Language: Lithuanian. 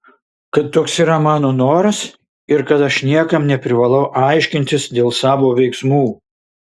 kad toks yra mano noras ir kad aš niekam neprivalau aiškintis dėl savo veiksmų